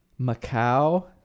macau